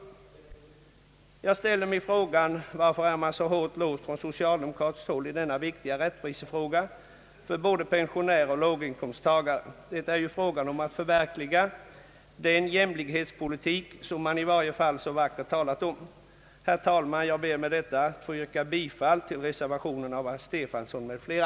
Jag vill ställa den frågan varför man på socialdemokratiskt håll är så hårt låst i denna viktiga rättvisefråga för både pensionärer och låginkomsttagare. Det gäller ju här att förverkliga den jämlikhetspolitik som man i varje fall talar så vackert om. Herr talman! Med detta ber jag få yrka bifall till reservationen av herr Stefanson m.fl.